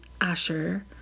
Asher